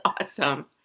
awesome